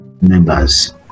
members